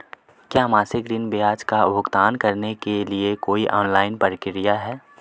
क्या मासिक ऋण ब्याज का भुगतान करने के लिए कोई ऑनलाइन प्रक्रिया है?